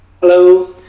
Hello